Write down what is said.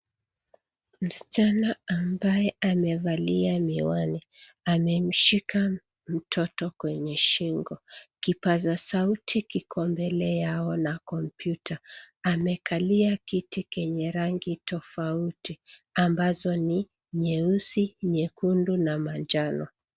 Msichana ambaye amevalia miwani. Amemshika mtoto kwenye shingo. Kipaza sauti kiko mbele yao na kompyuta. Amekalia kiti chenye rangi tofauti ambazo ni nyeusi, nyekundu na manjano.